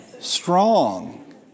Strong